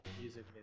music